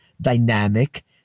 dynamic